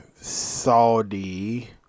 Saudi